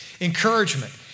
encouragement